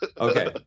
Okay